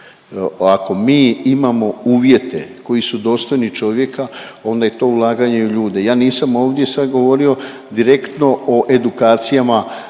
Ako mi imamo uvjete koji su dostojni čovjeka, onda je to ulaganje u ljude. Ja nisam ovdje sad govorio direktno o edukacijama